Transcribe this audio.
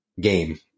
game